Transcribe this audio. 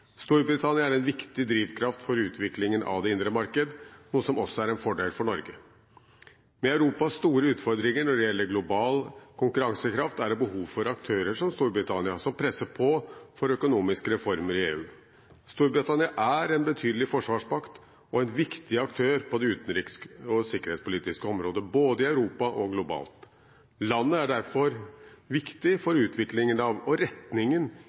Storbritannia er en viktig drivkraft for utviklingen av det indre marked, noe som også er en fordel for Norge. Med Europas store utfordringer når det gjelder global konkurransekraft, er det behov for aktører som Storbritannia, som presser på for økonomiske reformer i EU. Storbritannia er en betydelig forsvarsmakt og en viktig aktør på det utenriks- og sikkerhetspolitiske området, både i Europa og globalt. Landet er derfor viktig for utviklingen av og retningen